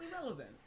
relevant